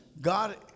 God